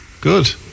Good